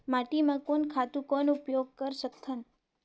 माटी म कोन खातु कौन उपयोग कर सकथन?